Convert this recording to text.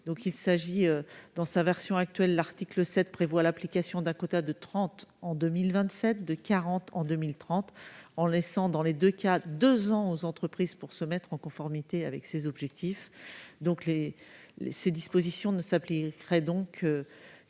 1 000 salariés. Dans sa version actuelle, l'article 7 prévoit l'application d'un quota de 30 % en 2027 et de 40 % en 2030, en laissant à chaque fois deux ans aux entreprises pour se mettre en conformité avec ces objectifs. Ces dispositions ne s'appliqueraient donc qu'en